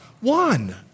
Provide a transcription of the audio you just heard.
one